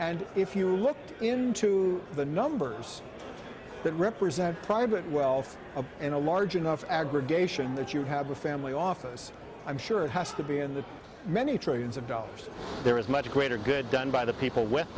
and if you look into the numbers that represent private wealth and a large enough aggregation that you have a family office i'm sure it has to be in the many trillions of dollars there is much greater good done by the people with